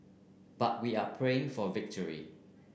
but we are praying for victory